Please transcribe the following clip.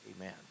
Amen